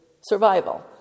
survival